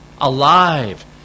alive